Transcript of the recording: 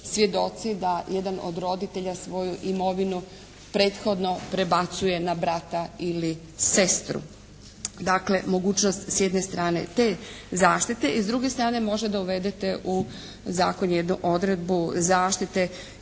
svjedoci da jedan od roditelja svoju imovinu prethodno prebacuje na brata ili sestru. Dakle mogućnost s jedne strane te zaštite. I s druge strane možda da uvedete u zakon jednu odredbu zaštite